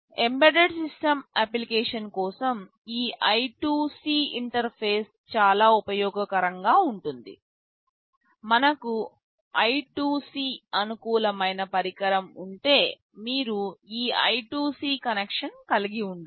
embedded system application కోసం ఈ I2C interface చాలా ఉపయోగకరంగా ఉంటుంది మనకు I2C అనుకూలమైన పరికరం ఉంటే మీరు ఈ I2C కనెక్షన్ కలిగి ఉండాలి